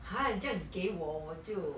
!huh! 你这样给我我就